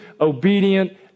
obedient